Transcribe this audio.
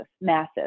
massive